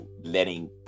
letting